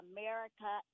America